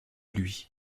lui